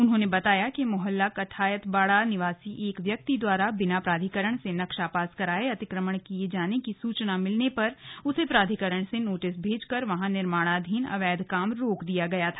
उन्होंने बताया कि मोहल्ला कठायतबाड़ा निवासी एक व्यक्ति द्वारा बिना प्राधिकरण से नक्शा पास कराए अतिक्रमण किये जाने की सूचना मिलने पर उसे प्राधिकरण से नोटिस भेजकर वहां निर्माणाधीन अवैध काम रोक दिया गया था